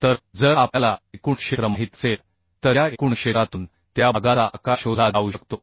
तर जर आपल्याला एकूण क्षेत्र माहित असेल तर या एकूण क्षेत्रातून त्या भागाचा आकार शोधला जाऊ शकतो